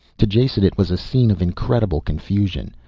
to jason, it was a scene of incredible confusion.